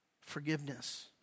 forgiveness